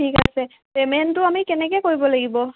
ঠিক আছে পেমেণ্টটো আমি কেনেকৈ কৰিব লাগিব